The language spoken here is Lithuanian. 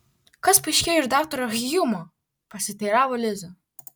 kas paaiškėjo iš daktaro hjumo pasiteiravo liza